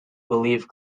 believe